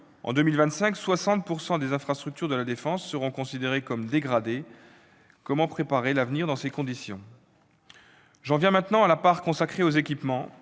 En 2025, 60 % des infrastructures de la défense seront considérées comme « dégradées ». Comment préparer l'avenir dans ces conditions ? J'en viens maintenant à la part consacrée aux équipements,